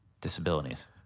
disabilities